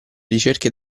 ricerche